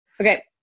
Okay